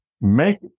make